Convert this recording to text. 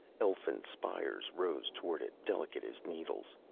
elfin spires rose toward it, delicate as needles.